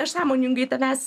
aš sąmoningai tavęs